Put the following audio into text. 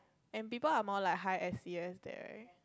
and people are more like high S_E_S there